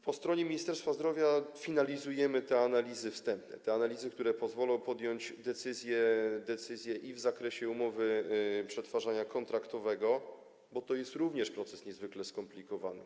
Po stronie Ministerstwa Zdrowia finalizujemy te analizy wstępne, te analizy, które pozwolą podjąć decyzję również w zakresie umowy przetwarzania kontraktowego, bo to jest również proces niezwykle skomplikowany.